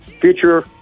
future